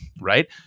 Right